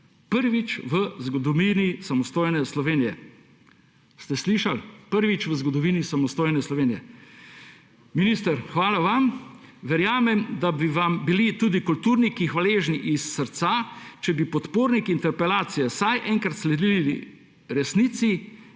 Prvič v zgodovini samostojne Slovenije. Ste slišali? Prvič v zgodovini samostojne Slovenije. Minister, hvala vam. Verjamem, da bi vam bili tudi kulturniki hvaležni iz srca, če bi podporniki interpelacije vsaj enkrat sledili resnici